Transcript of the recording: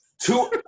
Two